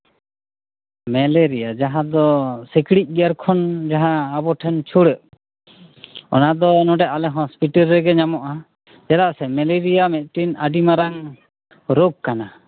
malaria ᱡᱟᱦᱟᱸᱫᱚ ᱥᱤᱸᱠᱬᱤᱡ ᱜᱮᱨ ᱠᱷᱚᱱ ᱟᱵᱚ ᱴᱷᱮᱱ ᱪᱷᱩᱲᱟᱹᱜ ᱚᱱᱟᱫᱚ ᱱᱚᱸᱰᱮ ᱟᱞᱮ ᱦᱚᱥᱯᱤᱴᱟᱞ ᱨᱮᱜᱮ ᱧᱟᱢᱚᱜᱼᱟ ᱪᱮᱫᱟᱜ ᱥᱮ ᱢᱮᱞᱮᱨᱤᱭᱟ ᱢᱤᱫᱴᱮᱱ ᱟᱹᱰᱤ ᱢᱟᱨᱟᱝ ᱨᱳᱜᱽ ᱠᱟᱱᱟ